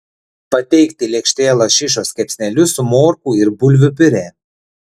pateikti lėkštėje lašišos kepsnelius su morkų ir bulvių piurė